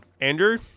Andrew